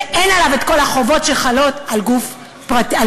ואין עליו את כל החובות שחלות על גוף ממשלתי.